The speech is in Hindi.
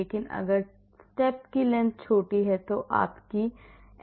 लेकिन अगर चरण की लंबाई छोटी है तो आपकी error भी कम होगी